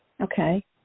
Okay